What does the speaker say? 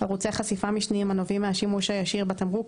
6.2.2 ערוצי חשיפה משניים הנובעים מהשימוש הישיר בתמרוק,